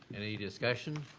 and any discussion,